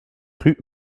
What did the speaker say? rue